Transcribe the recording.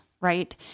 right